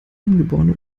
angeborene